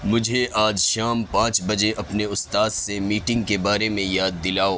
مجھے آج شام پانچ بجے اپنے استاد سے میٹنگ کے بارے میں یاد دلاؤ